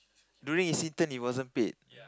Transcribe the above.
during his intern he wasn't paid